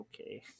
okay